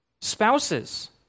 Spouses